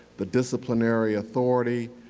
the disciplinary authority.